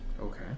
Okay